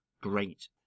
great